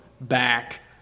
back